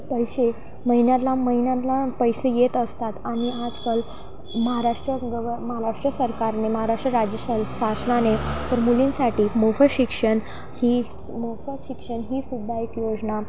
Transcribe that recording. पैसे महिन्याला महिन्याला पैसे येत असतात आणि आजकाल महाराष्ट्र गव महाराष्ट्र सरकारने महाराष्ट्र राज्यश शासनाने तर मुलींसाठी मोफत शिक्षण ही मोफत शिक्षण ही सुद्धा एक योजना